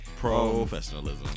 Professionalism